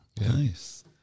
Nice